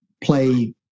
play